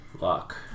Lock